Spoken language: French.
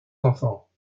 enfants